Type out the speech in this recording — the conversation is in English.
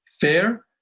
fair